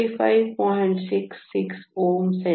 66 Ω ಸೆಂ